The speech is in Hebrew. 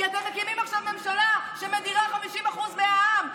כי אתם מקימים עכשיו ממשלה שמדירה 50% מהעם,